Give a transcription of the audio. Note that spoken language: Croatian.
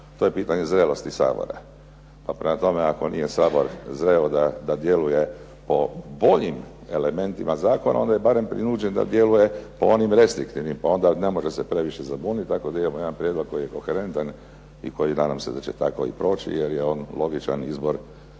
To je pitanje zrelosti Sabora. Prema tome, ako nije Sabor zreo da djeluje o boljim elementima zakona, onda je barem prinuđen da djeluje po onim restriktivnim. Pa onda se ne može previše zabuniti, tako da imamo jedan prijedlog koji je koherentan i koji nadam se da će tako i proći, jer je on logičan izbor